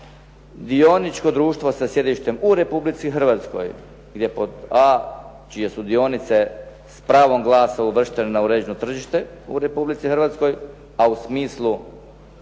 dioničko društvo sa sjedištem u Republici Hrvatskoj gdje pod a) čije su dionice s pravom glasa uvrštene na uređeno tržište u Republici Hrvatskoj a u smislu